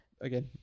again